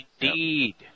indeed